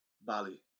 Bali